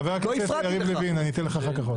חבר הכנסת יריב לוין, אני אתן לך אחר כך עוד.